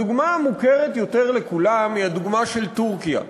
הדוגמה המוכרת יותר לכולם היא הדוגמה של טורקיה.